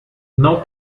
não